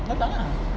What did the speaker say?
datang ah